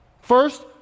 first